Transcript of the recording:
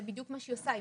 זה בדיוק מה שהיא עושה,